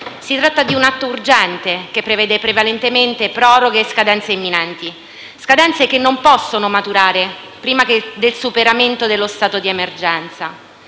Si tratta di un atto urgente che prevede prevalentemente proroghe a scadenze imminenti, scadenze che non possono maturare prima del superamento dello stato di emergenza.